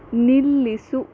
ನಿಲ್ಲಿಸು